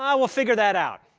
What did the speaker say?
um we'll figure that out.